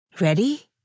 Ready